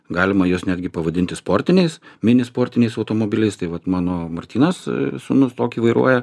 galima juos netgi pavadinti sportiniais mini sportiniais automobiliais tai vat mano martynas sūnus tokį vairuoja